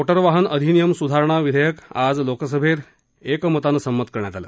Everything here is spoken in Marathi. मोटार वाहन अधिनियम सुधारणा विधेयक आज लोकसभेत एकमतानं संमत करण्यात आलं